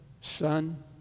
son